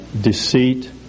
deceit